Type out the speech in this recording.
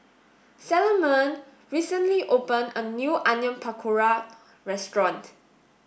Salomon recently open a new Onion Pakora restaurant